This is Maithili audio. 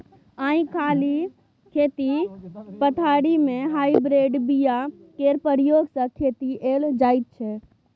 आइ काल्हि खेती पथारी मे हाइब्रिड बीया केर प्रयोग सँ खेती कएल जाइत छै